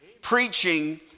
Preaching